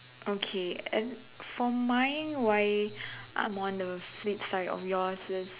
okay and for mine why I'm on the flip side of yours that's